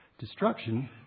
Destruction